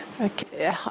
Okay